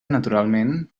naturalment